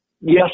Yes